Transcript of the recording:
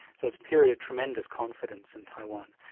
so it's period of tremendous confidence in taiwan.